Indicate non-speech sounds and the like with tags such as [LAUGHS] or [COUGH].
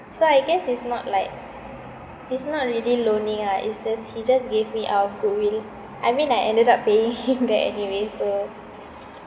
so I guess it's not like it's not really loaning ah is just he just gave me out of goodwill I mean I ended up paying him [LAUGHS] back anyway so